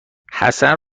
حسن